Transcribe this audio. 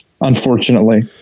unfortunately